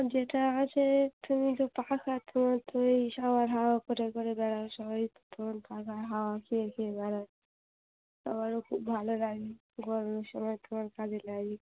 যেটা আছে তুমি তো পাাকা তোমার তো এই সবার হাওয়া করে করে বেড়াও সবাই ত তখন পাখার হাওয়া খেয়ে খেয়ে বেড়াও সবারও খুব ভালো লাগে গরমের সময় তোমার কাজে লাগে